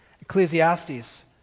Ecclesiastes